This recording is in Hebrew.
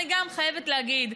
ואני גם חייבת להגיד,